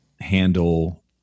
handle